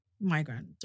migrant